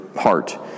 heart